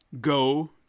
Go